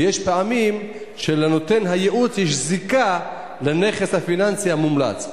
ויש פעמים שלנותן הייעוץ יש זיקה לנכס הפיננסי המומלץ.